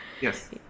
Yes